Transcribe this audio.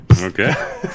Okay